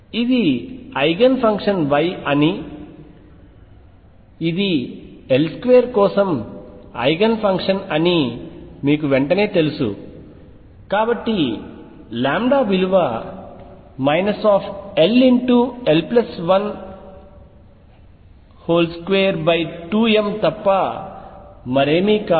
ఇది eigenfunction Y అని ఇది L2 కోసం ఐగెన్ ఫంక్షన్ అని మీకు వెంటనే తెలుసు కాబట్టి విలువ ll122m తప్ప మరేమీ కాదు